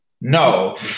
no